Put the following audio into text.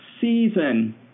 season